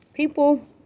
People